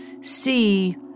see